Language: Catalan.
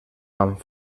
amb